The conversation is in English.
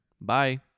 Bye